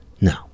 no